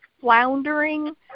floundering